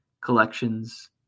collections